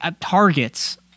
Targets